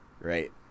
right